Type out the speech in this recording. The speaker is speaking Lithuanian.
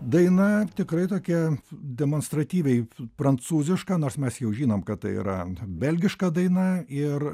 daina tikrai tokia demonstratyviai prancūziška nors mes jau žinom kad tai yra belgiška daina ir